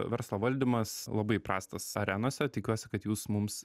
verslo valdymas labai prastas arenose tikiuosi kad jūs mums